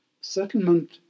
settlement